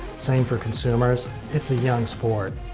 same for consumers. it's a young sport.